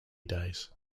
days